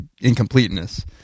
incompleteness